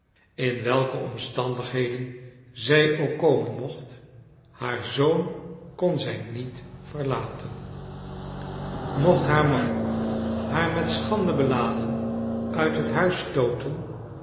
in welke omstandigheden zij ook komen mocht haar zoon kon zij niet verlaten mocht haar man haar met schande beladen uit het huis stooten